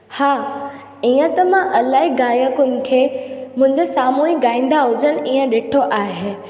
हा ईअं त मां इलाही गायकुनि खे मुंजे सामू ई ॻाइंदा हुजनि ईअं ॾिठो आहे